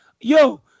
Yo